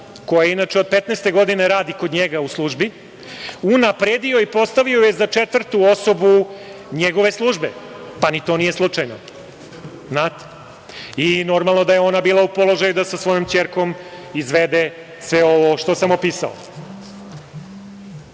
koja inače od 15 godine radi kod njega u službi, unapredio i postavio je za četvrtu osobu njegove službe. Ni to nije slučajno, znate. Normalno da je ona bila u položaju da sa svojom ćerkom izvede sve ovo što sam opisao. Inače,